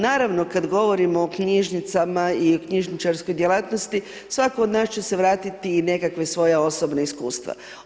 Naravno kad govorimo o knjižnicama i o knjižničarskoj djelatnosti svatko od nas će se vratiti i nekakvo svoje osobna iskustva.